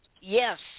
yes